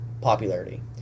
popularity